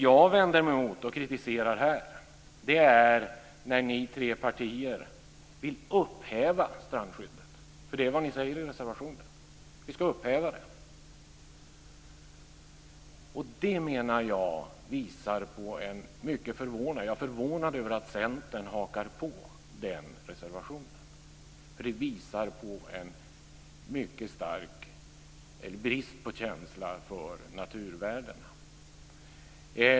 Jag vänder mig mot och kritiserar här att ni tre partier vill upphäva strandskyddet. Det är vad ni säger i er reservation. Jag är förvånad över att Centern hakar på den reservationen. Den visar på en mycket stark brist på känsla för naturvärdena.